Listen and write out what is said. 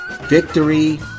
victory